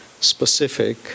specific